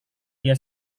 dia